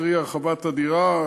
קרי הרחבת הדירה,